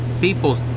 people